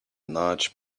large